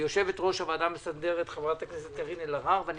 ליושבת-ראש הוועדה המסדרת חברת הכנסת קארין אלהרר ואני